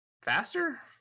faster